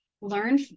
Learn